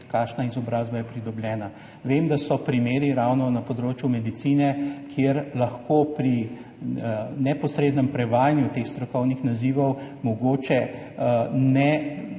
ve, kakšna izobrazba je pridobljena. Vem, da so primeri ravno na področju medicine, kjer lahko pri neposrednem prevajanju teh strokovnih nazivov mogoče